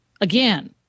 again